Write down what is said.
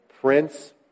Prince